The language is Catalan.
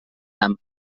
camp